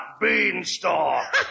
beanstalk